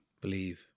believe